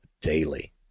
daily